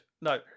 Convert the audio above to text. No